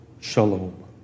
Shalom